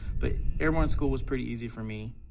but airborne school was pretty easy for me.